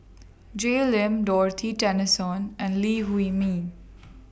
Jay Lim Dorothy Tessensohn and Lee Huei Min